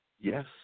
Yes